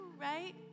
right